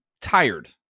tired